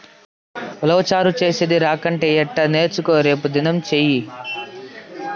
ఉలవచారు చేసేది రాకంటే ఎట్టా నేర్చుకో రేపుదినం సెయ్యి